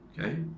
okay